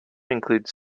includes